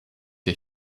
der